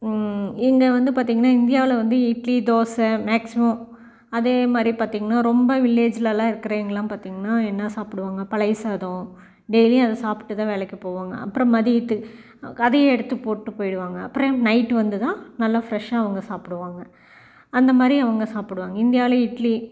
இங்கே வந்து பார்த்திங்கன்னா இந்தியாவில் வந்து இட்லி தோசை மேக்சிமம் அதே மாதிரி பார்த்திங்கன்னா ரொம்ப வில்லேஜ்லெலாம் இருக்கிறவைங்கள்லாம் பார்த்திங்கன்னா என்ன சாப்பிடுவாங்க பழைய சாதம் டெய்லியும் அதை சாப்பிட்டு தான் வேலைக்கு போவாங்க அப்புறம் மதியத்துக்கு அதேயே எடுத்து போட்டுகிட்டு போயிடுவாங்க அப்புறம் நைட்டு வந்து தான் நல்லா ஃப்ரெஷ்ஷாக அவங்க சாப்பிடுவாங்க அந்த மாதிரி அவங்க சாப்பிடுவாங்க இந்தியாவில் இட்லி